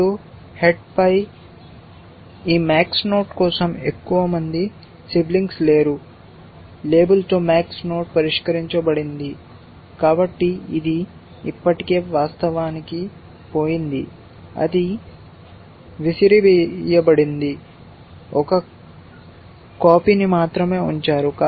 ఇప్పుడు హెడ్ పై ఈ max నోడ్ కోసం ఎక్కువ మంది సిబ్లింగ్స్ లేరు లేబుల్తో max నోడ్ పరిష్కరించబడింది కాబట్టి ఇది ఇప్పటికే వాస్తవానికి పోయింది అది విసిరివేయబడింది ఒక కాపీని మాత్రమే ఉంచారు